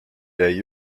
jäi